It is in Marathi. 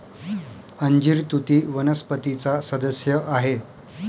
अंजीर तुती वनस्पतीचा सदस्य आहे